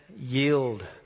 yield